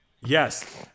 Yes